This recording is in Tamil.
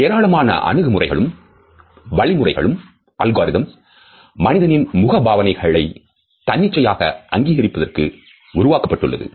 ஏராளமான அணுகுமுறைகளும் வழிமுறைகளும் மனிதனின் முக பாவனைகளை தன்னிச்சையாக அங்கீகரிப்பதற்கு உருவாக்கப்பட்டுள்ளது